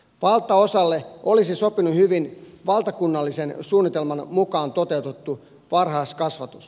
valtaosalle olisi sopinut hyvin valtakunnallisen suunnitelman mukaan toteutettu varhaiskasvatus